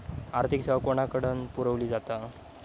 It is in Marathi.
आर्थिक सेवा कोणाकडन पुरविली जाता?